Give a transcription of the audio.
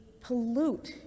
pollute